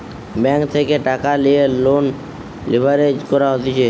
bank থেকে টাকা লিয়ে লোন লিভারেজ করা হতিছে